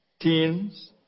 Teens